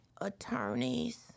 attorneys